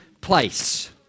place